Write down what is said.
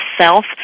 self